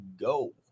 go